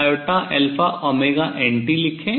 आइए इसे Ceiαωnt लिखें